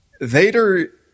Vader